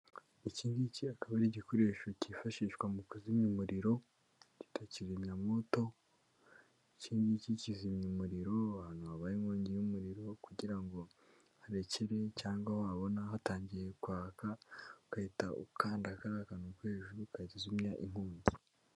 Iki ngiki akaba ari igikoresho cyifashishwa mu kuzimya umuriro, bita kizimyamoto, iki ngiki kizimya umuriro, abantu habaye inkongi y'umuriro kugira ngo harekere cyangwa wabona hatangiye kwaka ugahita ukanda kariya kantu ko hejuru kazimya inkongi.